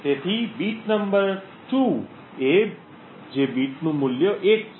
તેથી bit number ૨ એ bit છે જેનું મૂલ્ય 1 છે